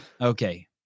Okay